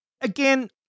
Again